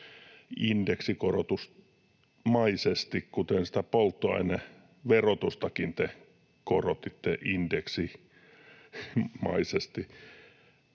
indeksikorotusmaisesti, kuten sitä polttoaineverotustakin te korotitte indeksimäisesti.